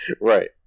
Right